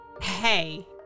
Hey